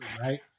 right